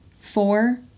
Four